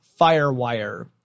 FireWire